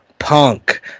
Punk